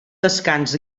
descans